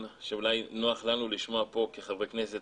שאולי נוח לנו לשמוע כאן כחברי כנסת,